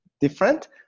different